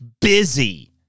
busy